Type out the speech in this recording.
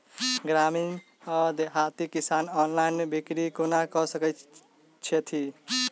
ग्रामीण वा देहाती किसान ऑनलाइन बिक्री कोना कऽ सकै छैथि?